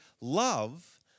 love